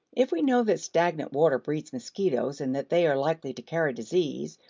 if we know that stagnant water breeds mosquitoes and that they are likely to carry disease,